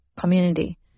community